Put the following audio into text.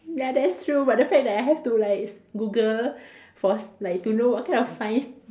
ya that's true but the fact that I have to like Google for like to know what kind of signs